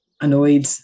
annoyed